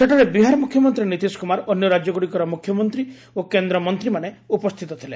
ସେଠାରେ ବିହାର ମୁଖ୍ୟମନ୍ତ୍ରୀ ନୀତିଶ କୁମାର ଅନ୍ୟ ରାଜ୍ୟଗୁଡ଼ିକର ମୁଖ୍ୟମନ୍ତ୍ରୀ ଓ କେନ୍ଦ୍ରମନ୍ତ୍ରୀମାନେ ଉପସ୍ଥିତ ଥିଲେ